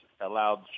allowed